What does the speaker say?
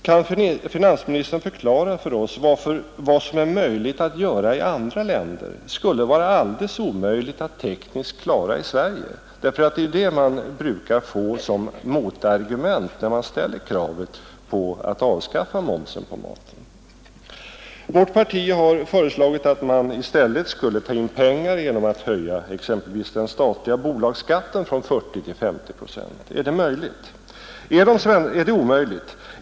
Kan finansministern förklara för oss varför det som är möjligt att göra i andra länder skulle vara alldeles omöjligt att tekniskt klara i Sverige? Det är ju det motargumentet man brukar få när man ställer kravet på att avskaffa momsen på mat. Vårt parti har föreslagit att man i stället skulle ta in pengar genom att höja exempelvis den statliga bolagsskatten från 40 till 50 procent. Är det omöjligt?